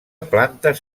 plantes